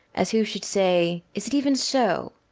as who should say, is it even so?